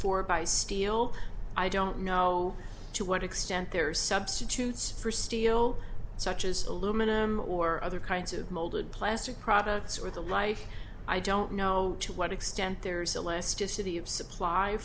for by steel i don't know to what extent they're substitutes for steel such as aluminum or other kinds of molded plastic products or the like i don't know to what extent there's a list to city of supply